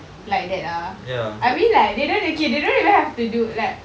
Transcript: like that ah I mean like they don't okay they don't even have to do like